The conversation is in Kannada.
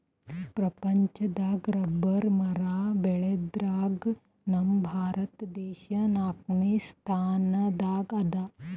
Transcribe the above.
ಪ್ರಪಂಚದಾಗ್ ರಬ್ಬರ್ ಮರ ಬೆಳ್ಯಾದ್ರಗ್ ನಮ್ ಭಾರತ ದೇಶ್ ನಾಲ್ಕನೇ ಸ್ಥಾನ್ ದಾಗ್ ಅದಾ